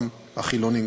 גם החילונים,